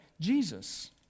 Jesus